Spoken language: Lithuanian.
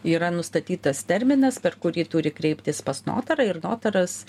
yra nustatytas terminas per kurį turi kreiptis pas notarą ir notaras